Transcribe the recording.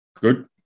good